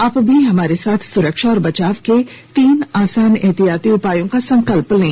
आप भी हमारे साथ सुरक्षा और बचाव के तीन आसान एहतियाती उपायों का संकल्प लें